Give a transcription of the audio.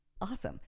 Awesome